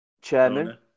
chairman